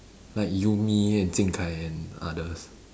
like you me and Qing Kai and others